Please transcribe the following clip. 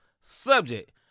subject